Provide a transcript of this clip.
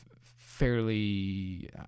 fairly